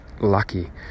lucky